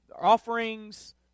Offerings